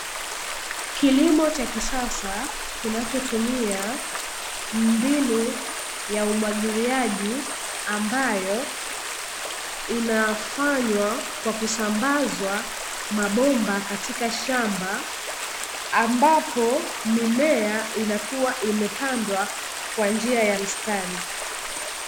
Kilimo cha kisasa kinachotumia mbinu ya umwagiliaji, ambayo inafanywa kwa kusambazwa mabomba katika shamba, ambapo mimea inakua imepandwa kwa njia ya mstari.